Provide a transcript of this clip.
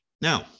Now